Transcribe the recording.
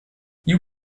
you